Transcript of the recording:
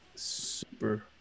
Super